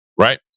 right